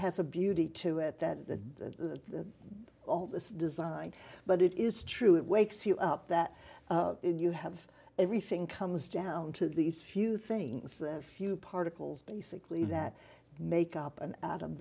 has a beauty to it that the all the design but it is true it wakes you up that you have everything comes down to these few things few particles basically that make up an a